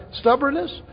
stubbornness